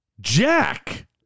Jack